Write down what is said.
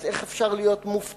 אז איך אפשר להיות מופתעים?